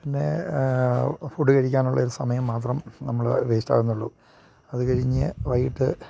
പിന്നെ ഫുഡ് കഴിക്കാനുള്ള ഒരു സമയം മാത്രം നമ്മൾ വേസ്റ്റ് ആകുന്നുള്ളൂ അത് കഴിച്ചിട്ട്